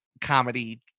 comedy